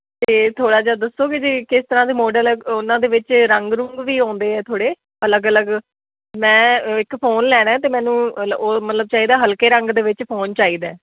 ਅਤੇ ਥੋੜ੍ਹਾ ਜਿਹਾ ਦੱਸੋਗੇ ਜੇ ਕਿਸ ਤਰ੍ਹਾਂ ਦੇ ਮਾਡਲ ਹੈ ਉਹਨਾਂ ਦੇ ਵਿੱਚ ਰੰਗ ਰੁੰਗ ਵੀ ਆਉਂਦੇ ਆ ਥੋੜ੍ਹੇ ਅਲੱਗ ਅਲੱਗ ਮੈਂ ਅ ਇੱਕ ਫੋਨ ਲੈਣਾ ਅਤੇ ਮੈਨੂੰ ਲ ਉਹ ਮਤਲਬ ਚਾਹੀਦਾ ਹਲਕੇ ਰੰਗ ਦੇ ਵਿੱਚ ਫੋਨ ਚਾਹੀਦਾ